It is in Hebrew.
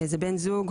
זה בן זוג,